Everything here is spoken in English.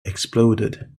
exploded